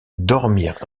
dormir